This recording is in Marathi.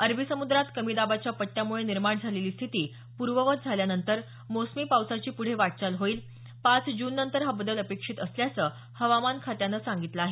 अरबी समुद्रात कमी दाबाच्या पट्ट्यामुळे निर्माण झालेली स्थिती पूर्ववत झाल्यानंतर मोसमी पावसाची पुढे वाटचाल होईल पाच जूननंतर हा बदल अपेक्षित असल्याचं हवामान खात्यानं सांगितलं आहे